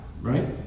right